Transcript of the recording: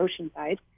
Oceanside